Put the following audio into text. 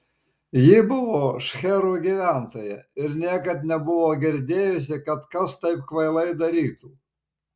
ji buvo šcherų gyventoja ir niekad nebuvo girdėjusi kad kas taip kvailai darytų